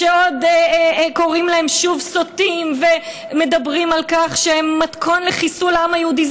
שעוד קוראים להם שוב סוטים ומדברים על כך שהם מתכון לחיסול העם היהודי,